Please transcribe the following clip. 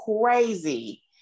crazy